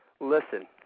listen